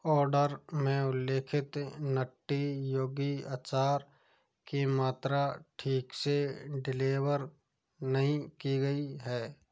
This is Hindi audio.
ऑर्डर में उल्लेखित नट्टी योगी अचार की मात्रा ठीक से डिलीवर नहीं की गई है